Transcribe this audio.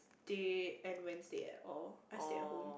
day and Wednesday at all I stayed at home